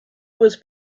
was